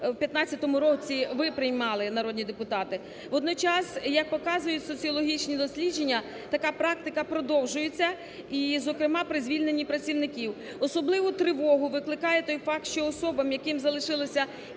у 2015 році ви приймали, народні депутати. Водночас, як показують соціологічні дослідження, така практика продовжується і, зокрема, при звільненні працівників. Особливу тривогу викликає той факт, що особам, яким залишилося